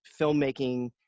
filmmaking